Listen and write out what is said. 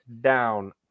down